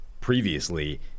previously